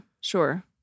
sure